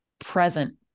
present